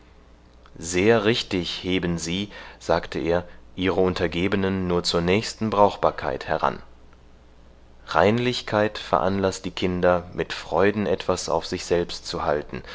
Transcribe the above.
sehr richtig heben sie sagte er ihre untergebenen nur zur nächsten brauchbarkeit heran reinlichkeit veranlaßt die kinder mit freuden etwas auf sich selbst zu halten